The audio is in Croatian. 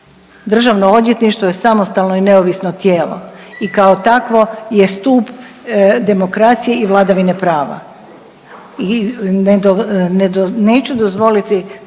Državno odvjetništvo je samostalno i neovisno tijelo i kao takvo je stup demokracije i vladavine prava i neću dozvoliti